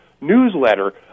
newsletter